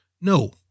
No